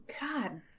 god